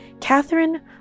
Catherine